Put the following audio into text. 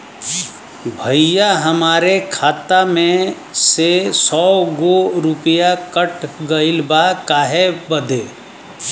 भईया हमरे खाता में से सौ गो रूपया कट गईल बा काहे बदे?